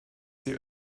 sie